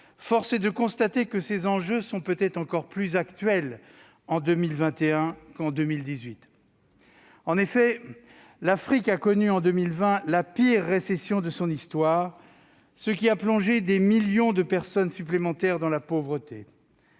force est de constater que ces enjeux sont peut-être encore plus actuels en 2021 qu'en 2018. En effet, l'Afrique a connu en 2020 la pire récession de son histoire, ce qui a plongé des millions de personnes supplémentaires dans la pauvreté.